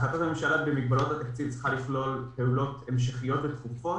החלטת הממשלה במגבלות התקציב צריכה לכלול פעולות המשכיות ודחופות,